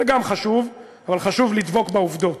גם זה חשוב, אבל חשוב לדבוק בעובדות.